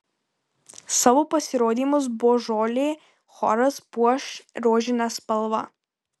savo pasirodymus božolė choras puoš rožine spalva